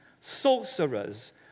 sorcerers